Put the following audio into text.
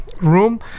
room